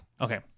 Okay